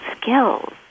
skills